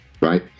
right